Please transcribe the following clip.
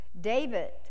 David